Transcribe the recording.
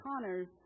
Connors